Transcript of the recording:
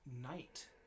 night